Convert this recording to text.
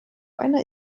einer